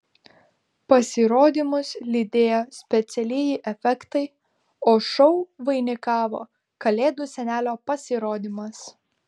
pasirodymus lydėjo specialieji efektai o šou vainikavo kalėdų senelio pasirodymas